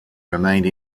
remained